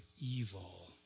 evil